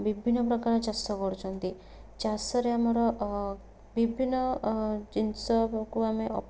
ବିଭିନ୍ନ ପ୍ରକାର ଚାଷ କରୁଛନ୍ତି ଚାଷରେ ଆମର ଅ ବିଭିନ୍ନ ଅ ଜିନିଷକୁ ଆମେ